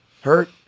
hurt